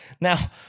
now